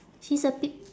she's a p~